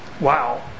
Wow